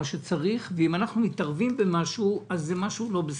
שצריך ואם אנחנו מתערבים במשהו אז זה לא בסדר?